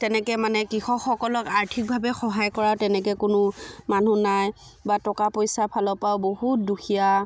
তেনেকৈ মানে কৃষকসকলক আৰ্থিকভাৱে সহায় কৰা তেনেকৈ কোনো মানুহ নাই বা টকা পইচাৰ ফালৰ পৰাও বহুত দুখীয়া